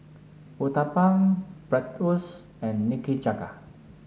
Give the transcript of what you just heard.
Uthapam Bratwurst and Nikujaga